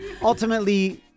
Ultimately